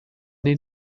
den